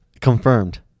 Confirmed